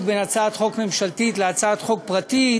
של הצעת חוק ממשלתית והצעת חוק פרטית,